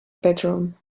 bedroom